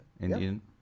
Indian